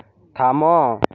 থামো